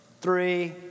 three